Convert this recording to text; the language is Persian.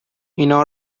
اینا